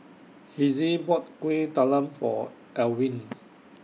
Hezzie bought Kuih Talam For Alwine